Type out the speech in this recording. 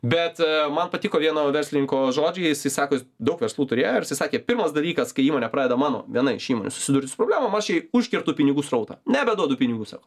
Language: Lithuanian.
bet man patiko vieno verslininko žodžiai jisai sako daug verslų turėjo ir jisai sakė pirmas dalykas kai įmonė pradeda mano viena iš įmonių susidurt su problemom aš jai užkertu pinigų srautą nebeduodu pinigų sau